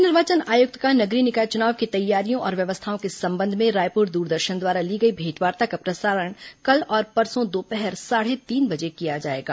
राज्य निर्वाचन आयुक्त का नगरीय निकाय चुनाव की तैयारियों और व्यवस्थाओं के संबंध में रायपुर दूरदर्शन द्वारा ली गई भेंटवार्ता का प्रसारण कल और परसों दोपहर साढ़े तीन बजे किया जाएगा